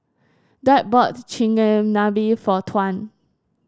Dwight bought Chigenabe for Tuan